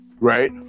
Right